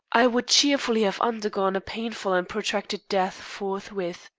i would cheerfully have undergone a painful and protracted death forthwith.